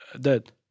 dead